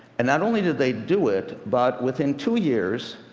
and not only did they do it, but within two years,